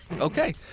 Okay